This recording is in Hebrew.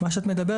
מה שאת מדברת,